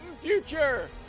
future